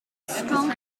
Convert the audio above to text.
strong